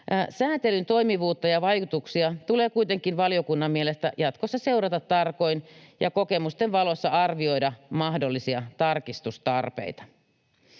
Sääntelyn toimivuutta ja vaikutuksia tulee kuitenkin valiokunnan mielestä jatkossa seurata tarkoin ja kokemusten valossa arvioida mahdollisia tarkistustarpeita.